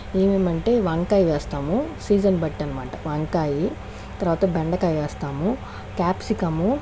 ఏమేమంటే వంకాయ వేస్తాము సీజన్ బట్టనమాట వంకాయి తర్వాత బెండకాయి వేస్తాము క్యాప్సికము